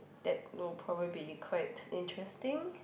that will probably be quite interesting